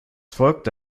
folgte